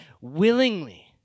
willingly